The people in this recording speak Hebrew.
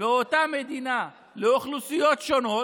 באותה מדינה לאוכלוסיות שונות,